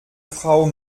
frau